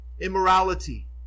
immorality